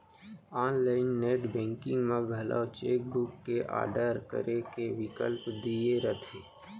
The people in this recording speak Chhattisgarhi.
आनलाइन नेट बेंकिंग म घलौ चेक बुक के आडर करे के बिकल्प दिये रथे